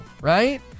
right